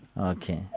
Okay